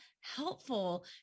helpful